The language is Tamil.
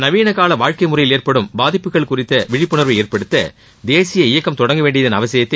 நவீனகால வாழ்க்கை முறையில் ஏற்படும் பாதிப்புகள் குறித்து விழிப்புணர்வை ஏற்படுத்த தேசிய இயக்கம் தொடங்க வேண்டியதன் அவசியத்தை